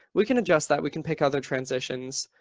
we can adjust that. we can pick other transitions.